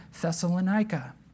Thessalonica